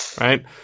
Right